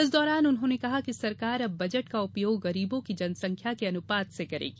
इस दौरान उन्होंने कहा कि सरकार अब बजट का उपयोग गरीबों की जनसंख्या के अनुपात में करेगी